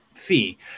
fee